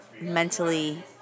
mentally